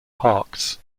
parks